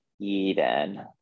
Eden